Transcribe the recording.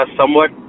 somewhat